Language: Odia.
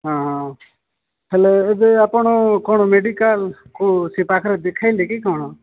ହଁ ହଁ ହେଲେ ଏବେ ଆପଣ କ'ଣ ମେଡିକାଲ୍ କୋଉ ସେ ପାଖରେ ଦେଖେଇଲେ କି କ'ଣ